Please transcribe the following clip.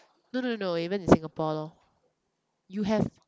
no no no even in Singapore lor you have